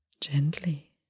gently